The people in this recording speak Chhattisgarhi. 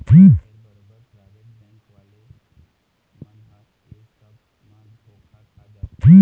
फेर बरोबर पराइवेट बेंक वाले मन ह ऐ सब म धोखा खा जाथे